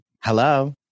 Hello